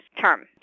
term